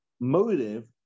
motive